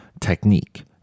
technique